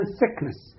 sickness